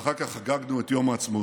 ואחר כך חגגנו את יום העצמאות.